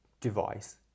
device